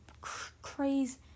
crazy